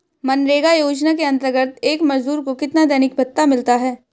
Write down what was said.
मनरेगा योजना के अंतर्गत एक मजदूर को कितना दैनिक भत्ता मिलता है?